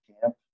camp